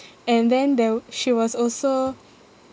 and then there w~ she was also